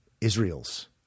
Israel's